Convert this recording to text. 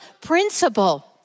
principle